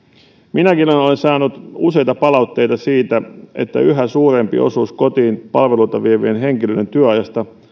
minäkin olen saanut useita palautteita siitä että yhä suurempi osuus kotiin palveluita vievien henkilöiden työajasta